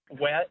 wet